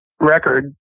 record